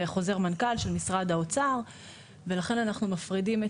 זה חוזר מנכ"ל של משרד האוצר ולכן אנחנו מפרידים.